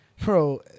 bro